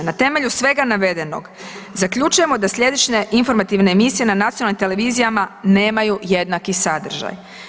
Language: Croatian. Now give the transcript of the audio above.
Na temelju svega navedenog, zaključujemo da središnja informativna emisija na nacionalnim televizijama nemaju jednaki sadržaj.